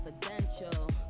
confidential